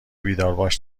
بیدارباش